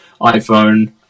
iPhone